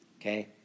okay